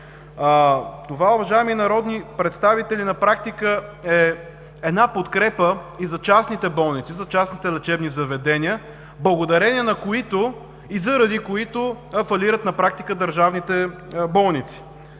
нея. Уважаеми народни представители, това на практика е една подкрепа и за частните болници, за частните лечебни заведения, благодарение на които и заради които фалират на практика държавните болници.